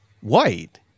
white